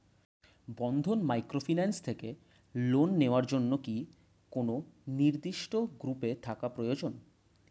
বন্ধন microfinance থেকে loan নেওয়ার জন্য কি কোন নির্দিষ্ট গ্রুপে থাকা প্রয়োজন?